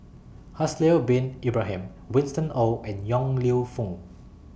Haslir Bin Ibrahim Winston Oh and Yong Lew Foong